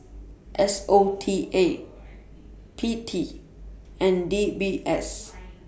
S O T A P T and D B S